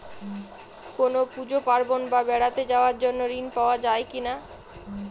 কোনো পুজো পার্বণ বা বেড়াতে যাওয়ার জন্য ঋণ পাওয়া যায় কিনা?